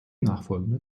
nachfolgende